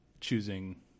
choosing